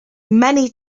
many